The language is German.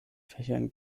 fächern